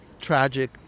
tragic